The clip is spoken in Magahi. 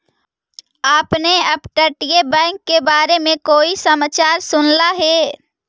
आपने अपतटीय बैंक के बारे में कोई समाचार सुनला हे